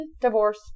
Divorce